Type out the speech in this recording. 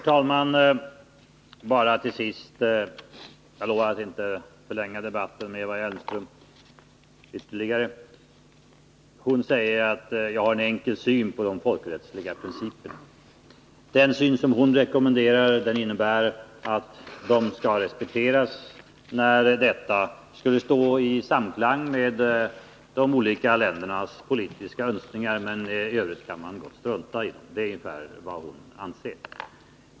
Herr talman! Eva Hjelmström säger att jag har enkel syn på de folkrättsliga principerna. Den syn som hon rekommenderar innebär att de rättigheterna skall respekteras när detta står i samklang med de olika ländernas politiska önskningar. I övrigt skall man tydligen kunna strunta i den.